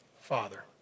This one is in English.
Father